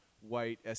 white